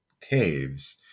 caves